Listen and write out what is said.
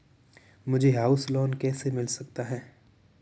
मुझे house loan कैसे मिल सकता है?